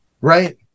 right